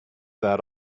that